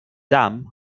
dam